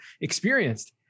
experienced